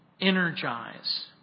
energize